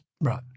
Right